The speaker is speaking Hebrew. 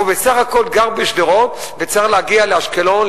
הוא בסך הכול גר בשדרות וצריך להגיע לאשקלון,